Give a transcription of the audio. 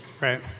Right